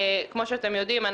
כמו שאתם יודעים,